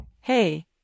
Hey